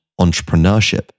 entrepreneurship